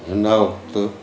हिन वक़्तु